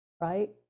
right